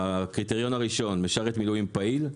הקריטריון הראשון הוא משרת מילואים פעיל,